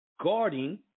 guarding